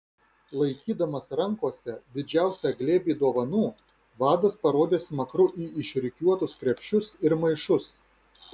laikydamas rankose didžiausią glėbį dovanų vadas parodė smakru į išrikiuotus krepšius ir maišus